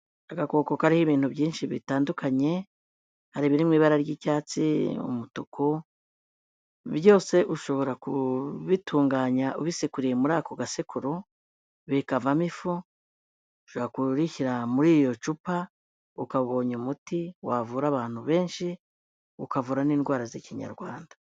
Agakoko kariho ibintu byinshi bitandukanye, hari ibiri mu ibara ry'icyatsi, umutuku, byose ushobora kubitunganya ubisekuriye muri ako gasekuru, bikavamo ifu, ushobora kubishyira muri iyo cupa, ukaba ubonye umuti wavura abantu benshi, ukavuramo n'indwara z'Ikinyarwanda.